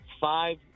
five